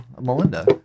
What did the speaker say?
Melinda